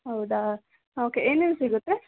ಹೌದಾ ಹಾಂ ಓಕೆ ಏನೇನು ಸಿಗುತ್ತೆ